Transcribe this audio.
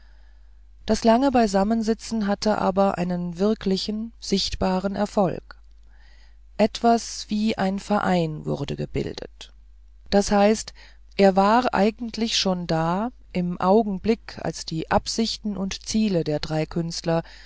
das lange beisammensitzen hatte aber einen wirklichen sichtbaren erfolg etwas wie ein verein wurde gebildet das heißt er war eigentlich schon da im augenblick als die absichten und ziele der drei künstler